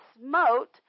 smote